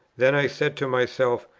then i said to myself,